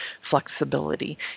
flexibility